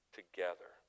together